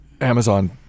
Amazon